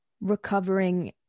recovering